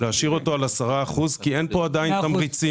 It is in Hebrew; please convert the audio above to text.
להשאיר אותו על 10% כי אין פה עדיין תמריצים.